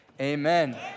amen